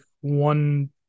one